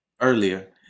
earlier